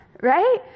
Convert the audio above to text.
right